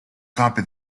copy